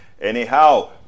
Anyhow